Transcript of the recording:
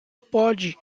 pode